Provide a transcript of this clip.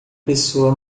pessoa